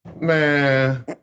Man